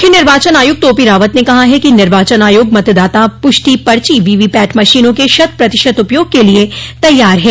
मुख्य निर्वाचन आयुक्त ओपी रावत ने कहा है कि निर्वाचन आयोग मतदाता पुष्टि पर्ची वीवीपैट मशीनों के शत प्रतिशत उपयोग के लिए तैयार है